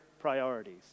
priorities